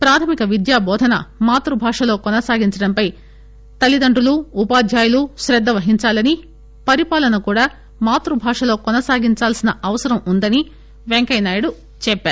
ప్రాథమిక విద్యా బోధన మాతృభాషలో కొనసాగించడంపై తల్లిదండ్రులు ఉపాధ్యాయులు శ్రద్ధ వహించాలని పరిపాలన కూడా మాతృభాషలో కొనసాగించాల్పిన అవసరముందని పెంకయ్యనాయుడు చెప్పారు